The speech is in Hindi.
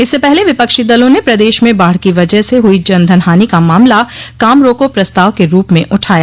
इससे पहले विपक्षो दलों ने प्रदेश में बाढ़ की वजह स हुई जनधन हानि का मामला काम रोको प्रस्ताव के रूप में उठाया